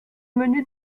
menus